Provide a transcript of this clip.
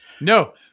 no